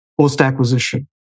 post-acquisition